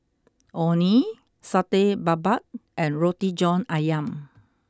Orh Nee Satay Babat and Roti John Ayam